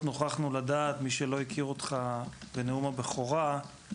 אנשים שלא הכירו אותך שמעו את בנאום הבכורה.